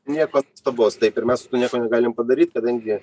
nieko nuostabaus taip ir mes su tuo nieko negalim padaryt kadangi